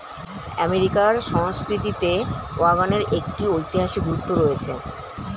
আমেরিকার সংস্কৃতিতে ওয়াগনের একটি ঐতিহাসিক গুরুত্ব রয়েছে